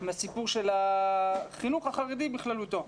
עם הסיפור של החינוך החרדי בכללותו.